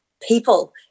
people